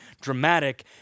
dramatic